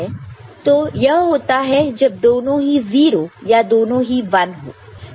तो यह होता है जब दोनों ही 0 हो या दोनों ही 1 हो